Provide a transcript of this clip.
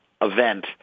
event